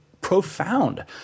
profound